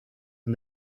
and